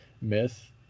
myth